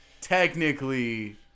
Technically